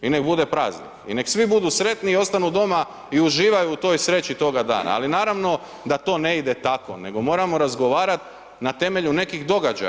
I nek bude praznik i nek svi budu sretni i ostanu doma i uživaju u toj sreći toga dana, ali naravno da to ne ide tako, nego moramo razgovarati na temelju nekih događaja.